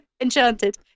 Enchanted